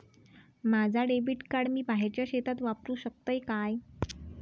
माझा debit card मी बाहेरच्या देशात वापरू शकतय काय?